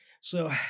So-